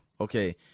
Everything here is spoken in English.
Okay